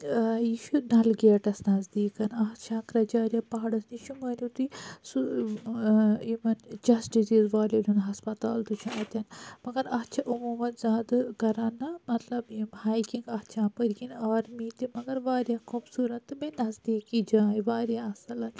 یہِ چھُ ڈلگیٹَس نَزدیکَ اَتھ شَنکَر اَچارِیا پَہاڑس نِش چھِ مٲنِو تُہۍ سُہ یِمَن چَسٹہٕ ڈِزیز والؠن ہُند ہَسپَتال تہِ چھُ اَتٮ۪ن مَگَر اَتھ چھ یِمو منٛز زیادٕ کَران نہِ مَطلَب یِم ہایکِنگ اَتھ چھ اَپٲر کِنۍ آرمی تہِ مَگَر وارِیاہ خوبصورَت تہٕ بیٚیہ نَزدیکٕے جاے واریاہ اَصٕل